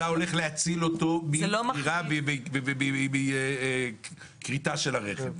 אתה הולך להציל אותו מגרירה ומגריטה של הרכב.